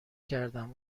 کردم